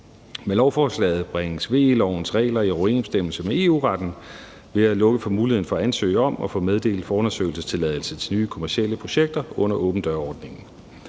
Med lovforslaget bringes VE-lovens regler i overensstemmelse med EU-retten ved at lukke for muligheden for at ansøge om at få meddelt forundersøgelsestilladelse til nye kommercielle projekter under åben dør-ordningen.